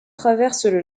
traversaient